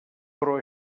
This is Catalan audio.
però